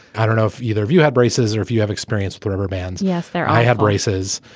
i don't know if either of you had braces or if you have experienced rubber bands. yes, there i have braces.